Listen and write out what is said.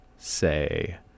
Say